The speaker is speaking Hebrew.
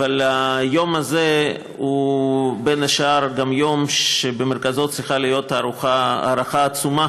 אבל היום הזה הוא בין השאר גם יום שבמרכזו צריכה להיות הערכה עצומה